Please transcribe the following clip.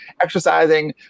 exercising